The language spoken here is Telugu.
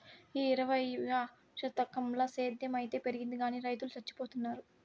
ఈ ఇరవైవ శతకంల సేద్ధం అయితే పెరిగింది గానీ రైతులు చచ్చిపోతున్నారు